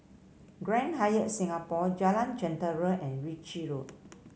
Grand Hyatt Singapore Jalan Jentera and Ritchie Road